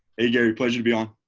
hey gary pleasure to be on.